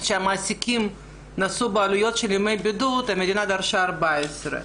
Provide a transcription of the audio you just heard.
שהמעסיקים נשאו בעלויות של ימי בידוד המדינה דרשה שיהיו 14 ימים.